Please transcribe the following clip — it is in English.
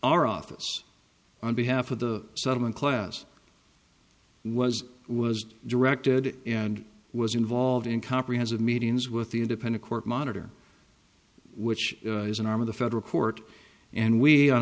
office on behalf of the settlement class was was directed and was involved in comprehensive meetings with the independent court monitor which is an arm of the federal court and we